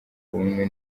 bumwe